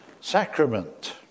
sacrament